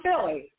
Philly